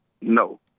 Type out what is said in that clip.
no